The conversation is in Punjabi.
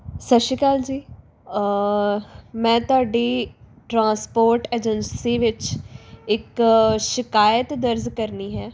ਸਤਿ ਸ਼੍ਰੀ ਅਕਾਲ ਜੀ ਮੈਂ ਤੁਹਾਡੀ ਟਰਾਂਸਪੋਰਟ ਏਜੰਸੀ ਵਿੱਚ ਇੱਕ ਸ਼ਿਕਾਇਤ ਦਰਜ ਕਰਨੀ ਹੈ